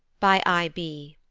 by i. b.